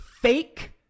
fake